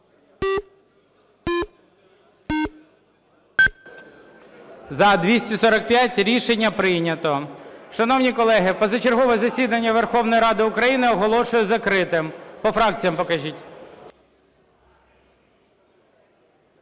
За-245 Рішення прийнято. Шановні колеги, позачергове засідання Верховної Ради України оголошую закритим. По фракціях покажіть.